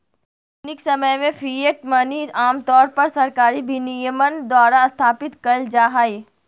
आधुनिक समय में फिएट मनी आमतौर पर सरकारी विनियमन द्वारा स्थापित कइल जा हइ